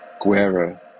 Guerra